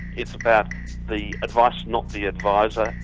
it's about the advice, not the adviser,